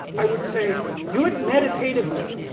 i would say do it meditatively